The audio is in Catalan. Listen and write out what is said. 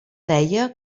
deia